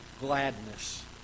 gladness